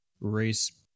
race